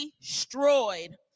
destroyed